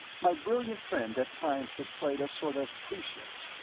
my brilliant friend at times displayed a sort of prescience,